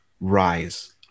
rise